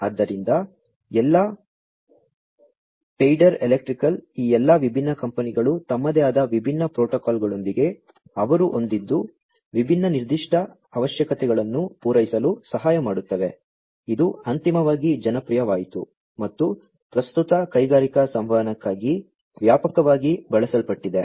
ಆದ್ದರಿಂದ ಎಲ್ಲಾ Schneider Electric ಈ ಎಲ್ಲಾ ವಿಭಿನ್ನ ಕಂಪನಿಗಳು ತಮ್ಮದೇ ಆದ ವಿಭಿನ್ನ ಪ್ರೋಟೋಕಾಲ್ಗಳೊಂದಿಗೆ ಅವರು ಹೊಂದಿದ್ದ ವಿಭಿನ್ನ ನಿರ್ದಿಷ್ಟ ಅವಶ್ಯಕತೆಗಳನ್ನು ಪೂರೈಸಲು ಸಹಾಯ ಮಾಡುತ್ತವೆ ಇದು ಅಂತಿಮವಾಗಿ ಜನಪ್ರಿಯವಾಯಿತು ಮತ್ತು ಪ್ರಸ್ತುತ ಕೈಗಾರಿಕಾ ಸಂವಹನಕ್ಕಾಗಿ ವ್ಯಾಪಕವಾಗಿ ಬಳಸಲ್ಪಟ್ಟಿದೆ